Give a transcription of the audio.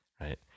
right